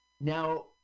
Now